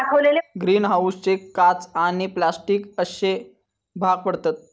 green हाऊसचे काच आणि प्लास्टिक अश्ये भाग पडतत